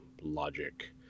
logic